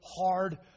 hard